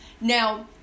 Now